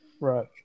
Right